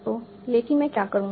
तो लेकिन मैं क्या करूंगा